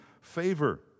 favor